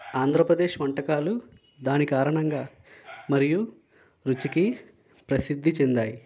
ఆంధ్రప్రదేశ్ వంటకాలు దాని కారణంగా మరియు రుచికి ప్రసిద్ధిచెందాయి